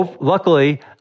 luckily